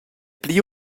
pli